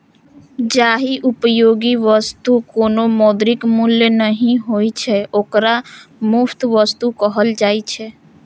जाहि उपयोगी वस्तुक कोनो मौद्रिक मूल्य नहि होइ छै, ओकरा मुफ्त वस्तु कहल जाइ छै